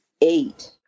eight